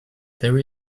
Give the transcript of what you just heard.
there